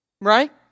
right